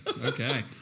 Okay